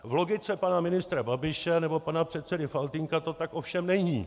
V logice pana ministra Babiše nebo pana předsedy Faltýnka to tak ovšem není.